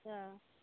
अच्छा